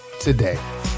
today